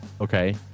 okay